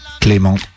Clément